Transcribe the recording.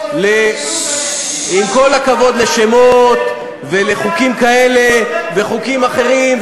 עם כל הכבוד לשמות ולחוקים כאלה וחוקים אחרים,